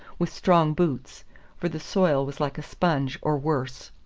with strong boots for the soil was like a sponge, or worse.